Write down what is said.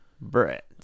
Brett